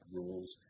rules